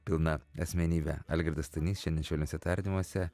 pilna asmenybe algirdas stonys šiandien švelniuose tardymuose